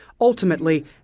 Ultimately